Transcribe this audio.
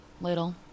Little